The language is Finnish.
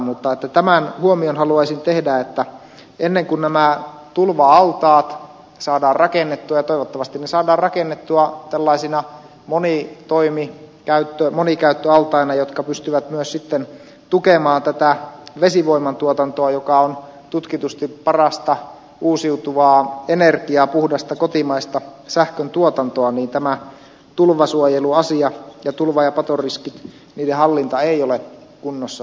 mutta tämän huomion haluaisin tehdä että ennen kuin nämä tulva altaat saadaan rakennettua ja toivottavasti ne saadaan rakennettua tällaisina monikäyttöaltaina jotka pystyvät myös sitten tukemaan tätä vesivoiman tuotantoa joka on tutkitusti parasta uusiutuvaa energiaa puhdasta kotimaista sähköntuotantoa niin tämä tulvasuojeluasia ja tulva ja patoriskien hallinta ei ole kunnossa